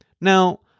Now